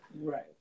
Right